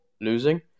losing